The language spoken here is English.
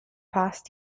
past